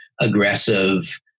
aggressive